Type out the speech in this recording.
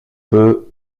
peu